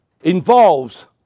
involves